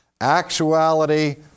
actuality